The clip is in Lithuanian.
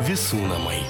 visų namai